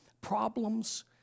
problems